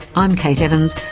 i'm kate evans,